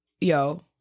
Yo